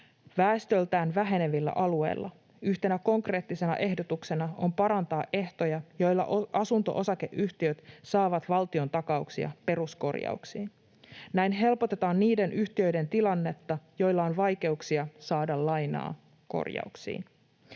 Väestöltään vähenevillä alueilla yhtenä konkreettisena ehdotuksena on parantaa ehtoja, joilla asunto-osakeyhtiöt saavat valtiontakauksia peruskorjauksiin. Näin helpotetaan niiden yhtiöiden tilannetta, joilla on vaikeuksia saada lainaa korjauksiin.